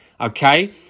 Okay